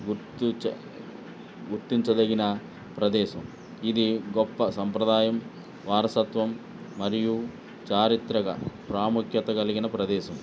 గుర్తు చ గుర్తించదగిన ప్రదేశం ఇది గొప్ప సంప్రదాయం వారసత్వం మరియు చారిత్రక ప్రాముఖ్యత గలిగిన ప్రదేశం